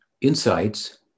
insights